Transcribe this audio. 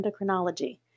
endocrinology